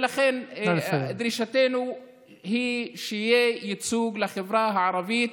ולכן דרישתנו היא שיהיה ייצוג לחברה הערבית,